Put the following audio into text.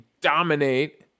dominate